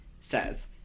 says